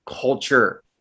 culture